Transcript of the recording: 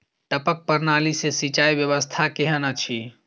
टपक प्रणाली से सिंचाई व्यवस्था केहन अछि?